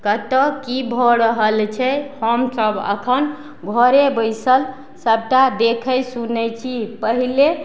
कतऽ की भऽ रहल छै हमसब एखन घरे बैसल सबटा देखय सुनय छी पहिले